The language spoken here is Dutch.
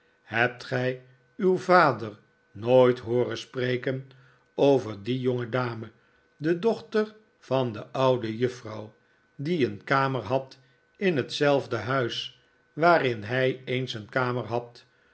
hebt gij uw vader nooit hooren spreken over die jongedame de dochter van de oude juffrouw die een kamer had in hetzelfde huis waarin hij eens een kamer had